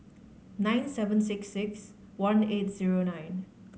nine seven six six one eight zero nine